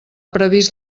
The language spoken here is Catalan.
previst